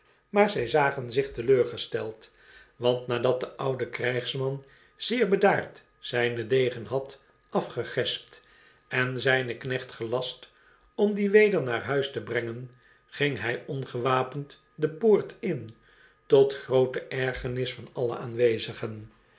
maar zj zagen zich teleurgesteld waiit nadat de oude krijgsman zeer bedaard zynen degen had afgegespt en zflnen knecht gelast om dien weder naar huis te brengen gmg hjj ongewapend de poort in tot groote ergernis van alle aanwezigen